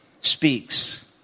speaks